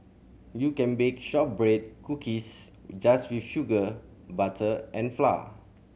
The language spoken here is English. you can bake shortbread cookies just with sugar butter and flour